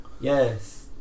yes